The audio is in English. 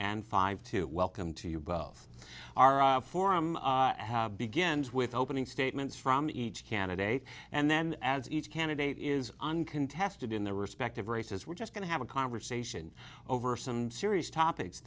and five two welcome to you both our forum begins with opening statements from each candidate and then as each candidate is uncontested in their respective races we're just going to have a conversation over some serious topics